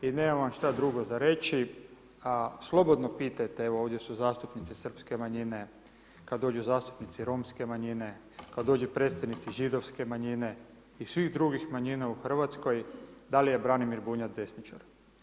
I nemam vam što drugo za reći, a slobodno pitajte, evo ovdje su zastupnici srpske manjine, kad dođu zastupnici romske manjine, kad dođu predstavnici židovske manjine, i svih drugih manjina u Hrvatskoj, dal je Branimir Bunjac desničar.